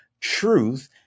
truth